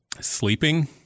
Sleeping